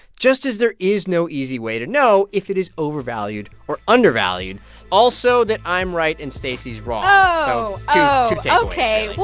just as there is no easy way to know if it is overvalued or undervalued also, that i'm right, and stacey's wrong oh. oh yeah so